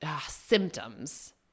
symptoms